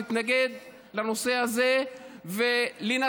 להתנגד לנושא הזה ולנסות,